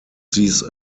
these